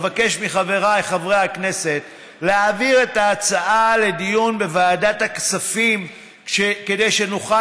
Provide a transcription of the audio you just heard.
אבקש מחבריי חברי הכנסת להעביר את ההצעה לדיון בוועדת הכספים כדי שנוכל